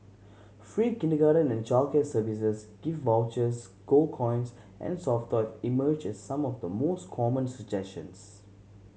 free kindergarten and childcare services gift vouchers gold coins and soft toy emerged as some of the more common suggestions